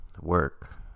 work